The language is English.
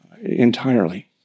entirely